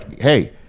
hey